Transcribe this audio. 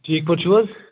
ٹھیٖک پٲٹھۍ چھُو حظ